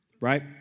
right